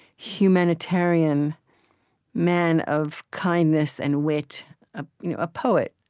humanitarian man of kindness and wit a you know ah poet.